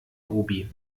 obi